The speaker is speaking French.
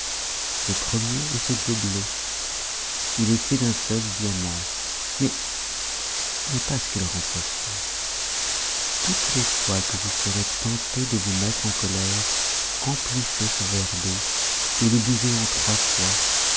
le premier est de ce gobelet il est fait d'un seul diamant mais ce n'est pas ce qui le rend précieux toutes les fois que vous serez tenté de vous mettre en colère emplissez ce verre d'eau et le buvez en trois fois